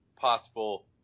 possible